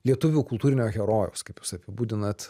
lietuvių kultūrinio herojaus kaip jūs apibūdinat